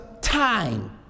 time